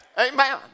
Amen